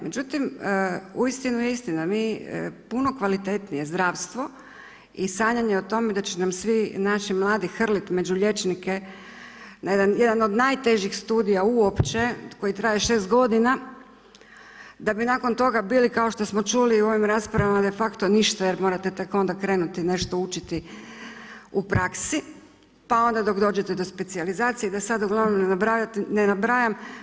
Međutim, uistinu je istina, mi puno kvalitetnije i zdravstvo i sanjanje o tome da će nam svi naši mladi hrliti među liječnike na jedan od najtežih studija uopće koji traje 6 godina, da bi nakon toga bili, kao što smo čuli u ovim raspravama defakto ništa, jer morate tek onda krenuti nešto učiti u praksi, pa onda dok dođete do specijalizacije, da sad uglavnom ne nabrajam.